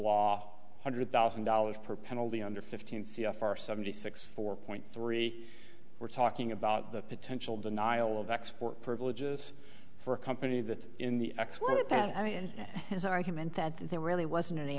law hundred thousand dollars per penalty under fifteen c f r seventy six four point three we're talking about the potential denial of export privileges for a company that's in the excerpt and is his argument that there really wasn't any